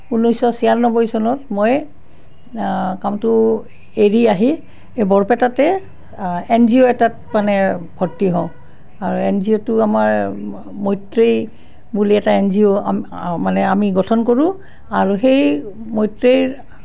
ঊনৈছশ ছয়ান্নব্বৈ চনত মই কামটো এৰি আহি এই বৰপেটাতে এনজিঅ' এটাত মানে ভৰ্তি হওঁ আৰু এনজিঅ'টো আমাৰ মৈত্ৰেয়ী বুলি এটা এনজিঅ' মানে আমি গঠন কৰোঁ আৰু সেই মৈত্ৰেয়ীৰ